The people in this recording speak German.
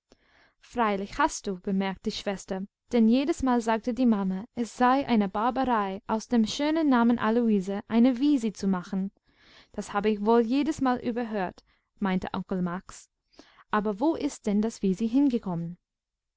freilich hast du bemerkte die schwester denn jedesmal sagte die mama es sei eine barbarei aus dem schönen namen aloise ein wisi zu machen das habe ich wohl jedesmal überhört meinte onkel max aber wo ist denn das wisi hingekommen